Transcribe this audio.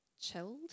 chilled